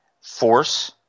Force